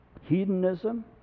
hedonism